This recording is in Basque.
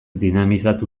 dinamizatu